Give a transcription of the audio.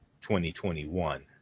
2021